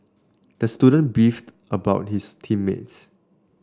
the student beefed about his team mates